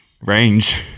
Range